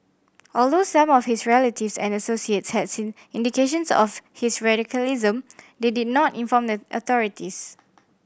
although some of his relatives and associates has seen indications of his radicalism they did not inform the authorities